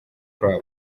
club